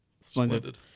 splendid